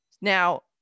Now